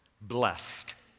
Blessed